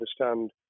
understand